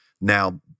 now